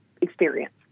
experience